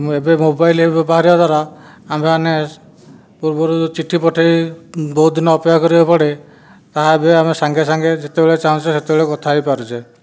ମୁଁ ଏବେ ମୋବାଇଲ ବାହାରିବା ଦ୍ୱାରା ଆମ୍ଭେମାନେ ପୂର୍ବରୁ ଚିଠି ପଠେଇ ବହୁତ ଦିନ ଅପେକ୍ଷା କରିବାକୁ ପଡ଼େ ତାହା ଏବେ ଆମେ ସାଙ୍ଗେ ସାଙ୍ଗେ ଯେତେବେଳେ ଚାହୁଁଛେ ସେତେବେଳେ କଥା ହୋଇପାରୁଛେ